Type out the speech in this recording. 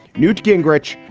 newt gingrich,